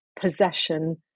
possession